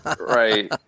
right